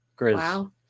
wow